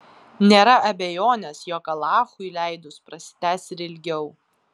nėra abejonės jog alachui leidus prasitęs ir ilgiau